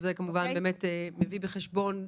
שזה כמובן מביא בחשבון,